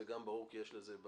זה גם ברור וזה מקובל.